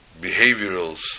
behaviorals